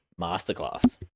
masterclass